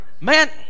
Man